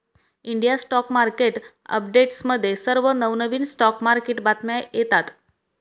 India stock market अपडेट्समध्ये सर्व नवनवीन स्टॉक मार्केट बातम्या येतात